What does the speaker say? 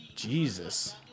Jesus